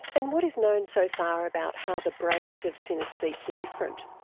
and what is known so far about how the brains of synaesthetes are different?